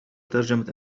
ترجمة